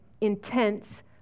intense